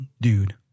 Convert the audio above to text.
dude